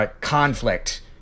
conflict